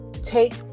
Take